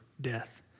death